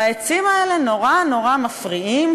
והעצים האלה נורא נורא מפריעים,